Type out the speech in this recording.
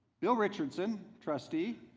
bill richardson trustee,